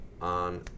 on